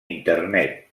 internet